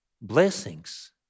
Blessings